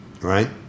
Right